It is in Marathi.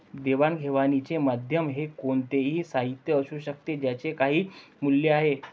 देवाणघेवाणीचे माध्यम हे कोणतेही साहित्य असू शकते ज्याचे काही मूल्य आहे